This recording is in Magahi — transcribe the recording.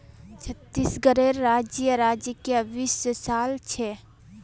छत्तीसगढ़ राज्येर राजकीय वृक्ष साल छे